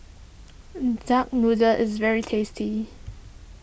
Duck Noodle is very tasty